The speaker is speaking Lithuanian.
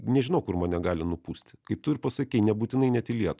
nežinau kur mane gali nupūsti kaip tu ir pasakei nebūtinai net į lietuvą